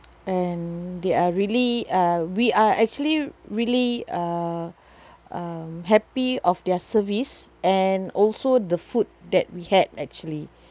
and they are really uh we are actually really uh um happy of their service and also the food that we had actually